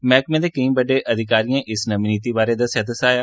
मैहकमे दे केंई बड्डे अधिकारियें इस नमी नीति बारै दस्सेया दसाया